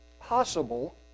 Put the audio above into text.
possible